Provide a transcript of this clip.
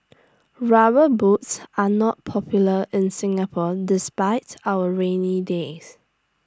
rubber boots are not popular in Singapore despite our rainy days